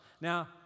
Now